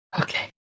Okay